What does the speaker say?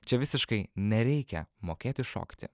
čia visiškai nereikia mokėti šokti